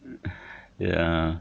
ya